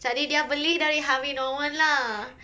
jadi dia beli dari Harvey Norman lah